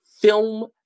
film